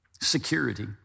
security